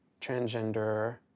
transgender